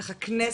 איך הכנסת,